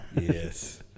Yes